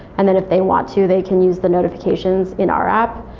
and then if they want to, they can use the notifications in our app.